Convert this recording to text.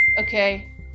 Okay